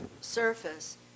surface